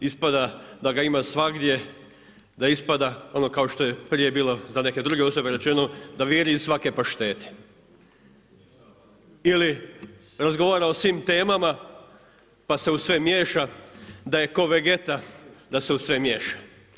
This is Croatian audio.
Ispada da ga ima svagdje, da ispada ono kao što je prije bilo za neke druge rečeno da viri iz svake paštete ili razgovara o svim temama pa se u sve miješa, da je ko Vegeta da se uz sve miješa.